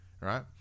right